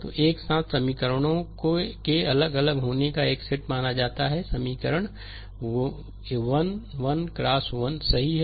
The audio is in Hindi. तो एक साथ समीकरणों के अलग अलग होने का एक सेट माना जाता है समीकरण 1 1 x 1 सही है